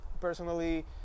personally